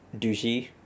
douchey